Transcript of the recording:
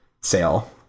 sale